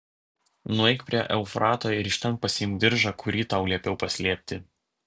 nueik prie eufrato ir iš ten pasiimk diržą kurį tau liepiau paslėpti